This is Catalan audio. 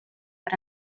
per